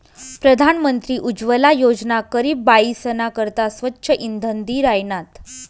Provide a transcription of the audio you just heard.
प्रधानमंत्री उज्वला योजना गरीब बायीसना करता स्वच्छ इंधन दि राहिनात